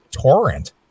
torrent